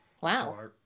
Wow